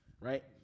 right